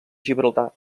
gibraltar